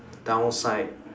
downside